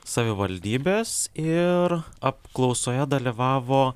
savivaldybės ir apklausoje dalyvavo